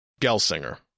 Gelsinger